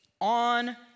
on